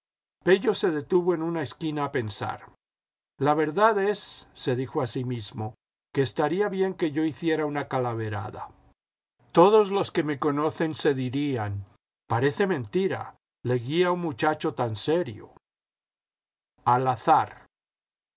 se detuvo en una esquina a pensar la verdad es se dijo a sí mismo que estaría bien que yo hiciera una calaverada todos los que me conocen se dirían parece mentira leguía un muchacho tan serio al azar